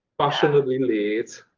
fashionably late!